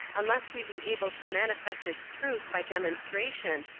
unless we be able to manifest its truth by demonstration,